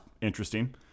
interesting